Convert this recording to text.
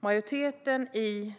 Majoriteten i